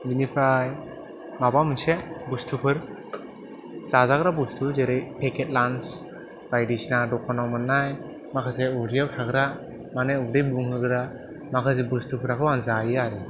बिनिफ्राय माबा मोनसे बुस्थुफोर जाजाग्रा बुस्थु जेरै फेखेथ लान्स बायदिसिना दखानाव मोननाय माखासे उदैयाव थाग्रा माने उदै बुंहोग्रा माखासे बुस्थुफोरखौ आं जायो आरो